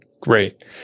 Great